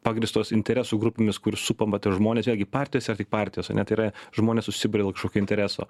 pagrįstos interesų grupėmis kur supama tie žmonės vėl gi partijos yra tik partijos o ne tai yra žmonės susiburia dėl kažkokio intereso